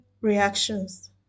reactions